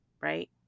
Right